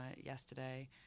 yesterday